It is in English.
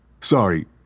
Sorry